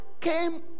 came